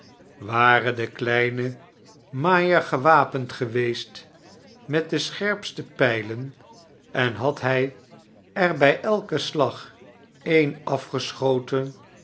ware de kleine maaier gewapend geweest met de scherpste pijlein en had liij er bij elken slag een afgesehoten